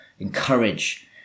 encourage